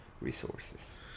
resources